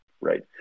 Right